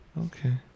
Okay